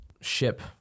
ship